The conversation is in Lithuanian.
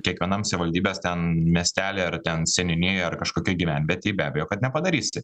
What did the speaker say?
kiekvienam savivaldybės ten miestely ar ten seniūnijoj ar kažkokioj gyvenvietėj be abejo kad nepadarysi